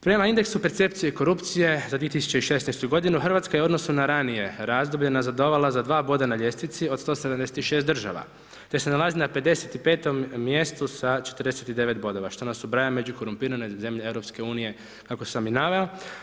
Prema indeksu percepcije korupcije za 2016. godinu, RH je u odnosu na ranije razdoblje nazadovala za 2 boda na ljestvici od 176 država, te se nalazi na 55 mjestu sa 49 bodova, što nas ubraja među korumpirane zemlje EU, kako sam i naveo.